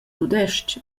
tudestg